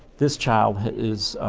this child is